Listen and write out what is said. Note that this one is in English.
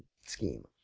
scheme